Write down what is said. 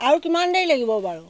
আৰু কিমান দেৰি লাগিব বাৰু